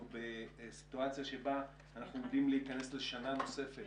אנחנו בסיטואציה שבה אנחנו עומדים להיכנס לשנה נוספת